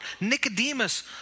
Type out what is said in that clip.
Nicodemus